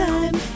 Time